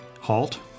HALT